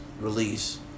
release